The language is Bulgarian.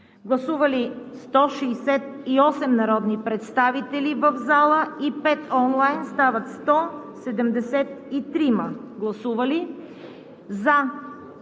Гласували 168 народни представители в залата и 5 онлайн – стават 173